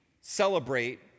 celebrate